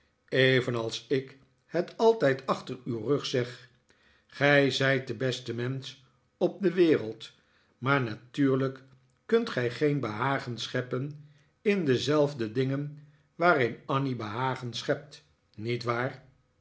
evenals ik het altijd achter uw rug zeg gij zijt de beste mensch op de wereld maar natuurlijk kunt gij geen behagen scheppen in dezelfde dingen waarin annie behagen schept niet waar